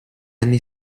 anni